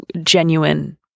genuine